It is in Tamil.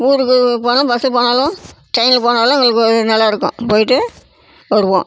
ஊருக்குப் போனால் பஸ்ஸு போனாலும் ட்ரெயினில் போனாலும் எங்களுக்கு ஒரு நல்லா இருக்கும் போய்விட்டு வருவோம்